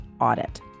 audit